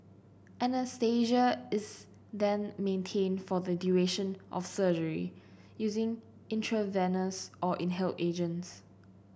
anaesthesia is then maintained for the duration of surgery using intravenous or inhaled agents